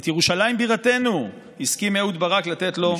את ירושלים בירתנו הסכים אהוד ברק לתת לו,